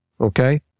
okay